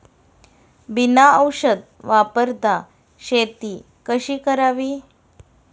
बिना औषध वापरता शेती कशी करावी?